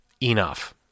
enough